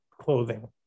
clothing